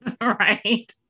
right